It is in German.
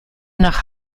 nach